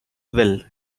well